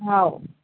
हो